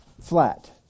flat